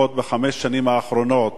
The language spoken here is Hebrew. לפחות בחמש השנים האחרונות,